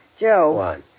Joe